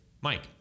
Mike